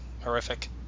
horrific